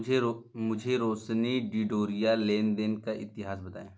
मुझे रोशनी डिडोरिया लेन देन का इतिहास बताएँ